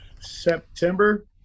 September